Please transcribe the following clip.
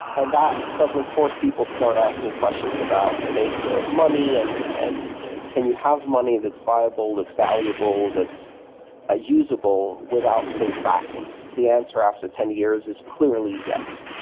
and that suddenly forced people start asking questions about the nature of money and and can you have money that's viable, that's valuable, that's ah usable without state backing? the answer after ten years is clearly yes.